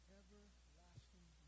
everlasting